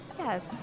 Yes